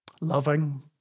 loving